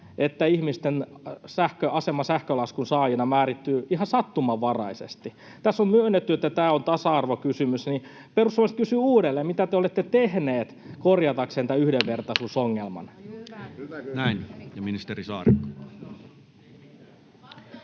että ihmisten asema sähkölaskun saajina määrittyy ihan sattumanvaraisesti. Kun tässä on myönnetty, että tämä on tasa-arvokysymys, niin perussuomalaiset kysyvät uudelleen: mitä te olette tehneet korjataksenne tämän yhdenvertaisuusongelman? [Sanna Antikainen: